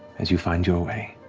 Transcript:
as you find your way,